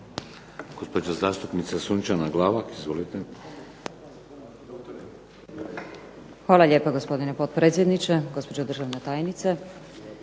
Hvala lijepa gospodine potpredsjedniče, gospođo državna tajnice.